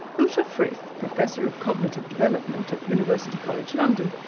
ute ah frith, professor of cognitive development at university college london,